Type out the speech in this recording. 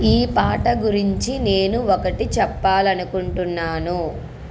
ఈ పాట గురించి నేను ఒకటి చెప్పాలనుకుంటున్నాను